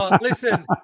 listen